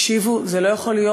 תקשיבו, זה לא יכול להיות.